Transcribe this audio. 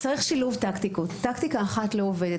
נכון, צריך שילוב טקטיקות, טקטיקה אחת לא עובדת.